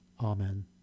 Amen